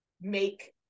make